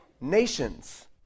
Nations